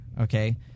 okay